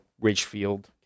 Ridgefield